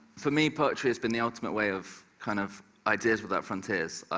for me, poetry has been the ultimate way of kind of ideas without frontiers.